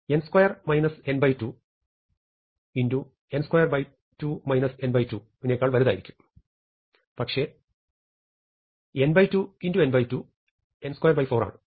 n2 n2 n22 n2 നേക്കാൾ വലുതായിരിക്കും പക്ഷേ n2n2 n24 ആണ്